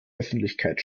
öffentlichkeit